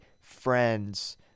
friends